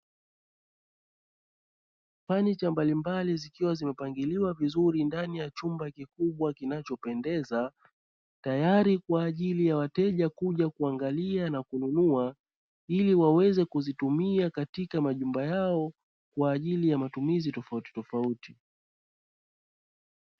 Fanicha mbalimbali zikiwa zimepangiliwa vizuri ndani ya chumba kikubwa kinachopendeza, tayari kwa ajili ya wateja kuja kuangalia na kununua ili waweze kuzitumia katika majumba yao kwa ajili ya matumizi tofautitofauti.